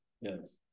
yes